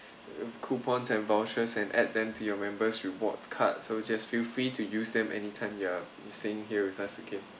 uh coupons and vouchers and add them to your members reward card so just feel free to use them anytime you are staying here with us again